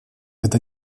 это